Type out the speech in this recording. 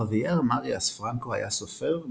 חוויאר מריאס פרנקו היה סופר,